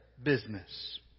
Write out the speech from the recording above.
business